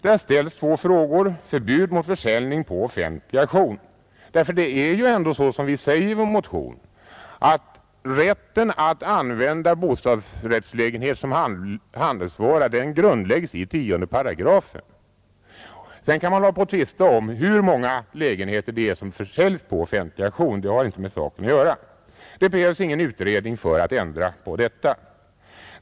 Där krävs förbud mot försäljning på offentlig auktion. Det är ju ändå, som vi säger i vår motion, så att rätten att använda bostadsrättslägenhet som handelsvara grundläggs i 10 §. Sedan kan man tvista om hur många lägenheter det är som försäljs på offentlig auktion — det har inte med saken att göra. Det behövs ingen utredning för att ändra på detta.